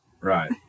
Right